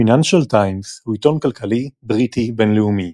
פייננשל טיימס הוא עיתון כלכלי בריטי בינלאומי.